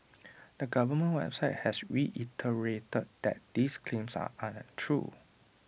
the government website has reiterated that these claims are untrue